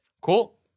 Cool